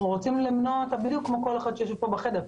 אנחנו רוצים למנוע אותה בדיוק כמו כל אחד שיושב פה בחדר,